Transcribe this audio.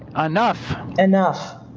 ah enough. enough.